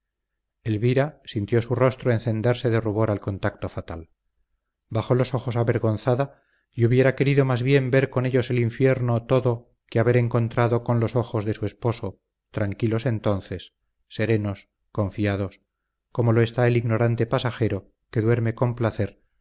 elvira sintió su rostro encenderse de rubor al contacto fatal bajó los ojos avergonzada y hubiera querido más bien ver con ellos el infierno todo que haber encontrado con los de su esposo tranquilos entonces serenos confiados como lo está el ignorante pasajero que duerme con placer